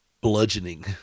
bludgeoning